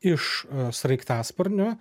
iš sraigtasparnio